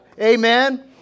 Amen